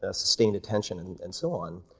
ah sustained attention and and so on,